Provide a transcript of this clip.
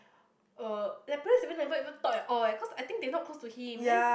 uh that place never even thought at all eh cause I think they not close to him then